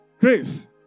Grace